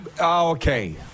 Okay